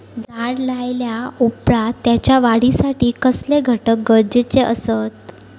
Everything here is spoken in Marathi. झाड लायल्या ओप्रात त्याच्या वाढीसाठी कसले घटक गरजेचे असत?